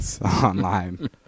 online